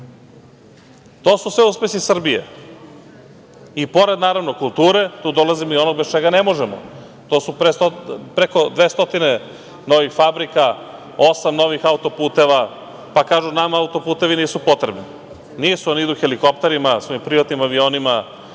To su sve uspesi Srbije. I pored, naravno, kulture, tu dolazimo i do onoga bez čega ne možemo, to je preko 200 novih fabrika, osam novih auto-puteva. Pa kažu – nama auto-putevi nisu potrebni. Nisu, oni idu helikopterima, svojim privatnim avionima,